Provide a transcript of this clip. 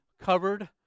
covered